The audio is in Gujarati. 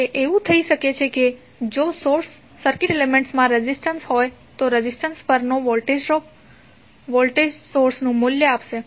તે એવું થઈ શકે છે કે જો સર્કિટ એલિમેન્ટમાં રેઝિસ્ટન્સ હોય તો રેઝિસ્ટન્સ પરનો વોલ્ટેજ ડ્રોપ વોલ્ટેજ સોર્સનું મૂલ્ય આપશે